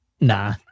Nah